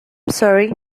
sorry